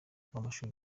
w’amashuri